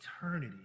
eternity